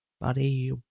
buddy